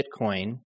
Bitcoin